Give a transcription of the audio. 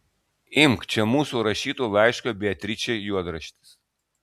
imk čia mūsų rašyto laiško beatričei juodraštis